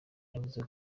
yavuze